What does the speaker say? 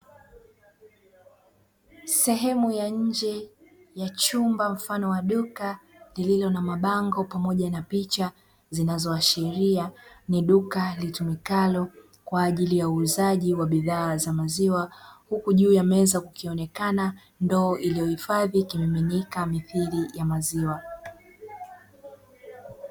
Sehemu ya nje ya chumba mfano wa duka lililo na mabango pamoja na picha zinazoashiria ni duka litumikalo kwa ajili ya uuzaji wa bidhaa za maziwa; huku juu ya meza kukionekana ndoo iliyohifadhi kimiminika mithili ya maziwa.